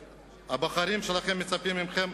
הבוחרים שלכם מצפים מכם,